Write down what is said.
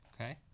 okay